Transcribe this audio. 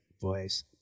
voice